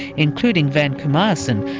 including vancomycin,